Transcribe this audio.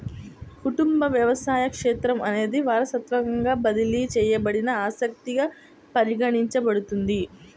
కుటుంబ వ్యవసాయ క్షేత్రం అనేది వారసత్వంగా బదిలీ చేయబడిన ఆస్తిగా పరిగణించబడుతుంది